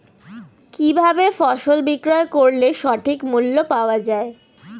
কি ভাবে ফসল বিক্রয় করলে সঠিক মূল্য পাওয়া য়ায়?